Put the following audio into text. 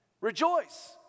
Rejoice